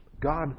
God